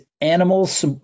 animals